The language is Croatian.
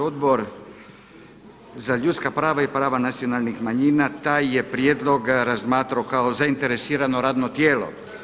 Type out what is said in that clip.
Odbor za ljudska prava i prava nacionalnih manjina taj je prijedlog razmatrao kao zainteresirano radno tijelo.